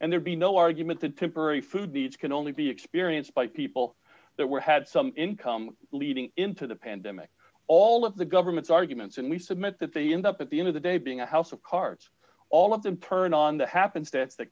and there'd be no argument that temporary food needs can only be experienced by people that were had some income leading into the pandemic all of the government's arguments and we submit that they end up at the end of the day being a house of cards all of them turned on the happens that the